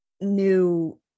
new